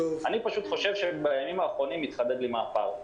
אני פשוט חושב שבימים האחרונים התחדד לי מה הפער.